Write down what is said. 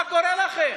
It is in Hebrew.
מה קורה לכם?